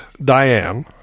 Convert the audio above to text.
Diane